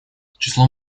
число